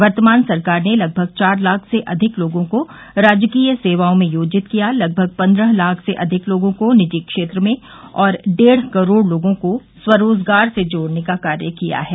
वर्तमान सरकार ने लगभग चार लाख से अधिक लोगों को राजकीय सेवाओं में योजित किया लगभग पन्द्रह लाख से अधिक लोगों को निजी क्षेत्र में और डेढ़ करोड़ लोगों को स्वरोजगार से जोड़ने का कार्य किया है